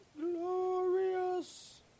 glorious